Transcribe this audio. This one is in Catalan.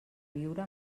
viure